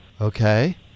Okay